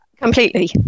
Completely